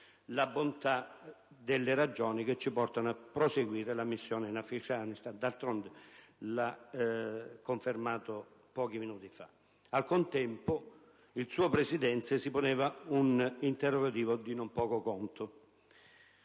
la bontà delle ragioni che ci portano a proseguire la missione in Afghanistan». D'altronde lo ha confermato pochi minuti fa. Al contempo, il suo Presidente si poneva un interrogativo di non poco conto